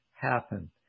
happen